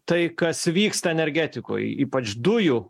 tai kas vyksta energetikoj ypač dujų